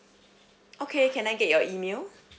okay can I get your email